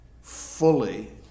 fully